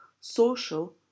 social